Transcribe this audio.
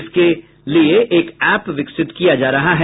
इसके लिये एक एप विकसित किया जा रहा है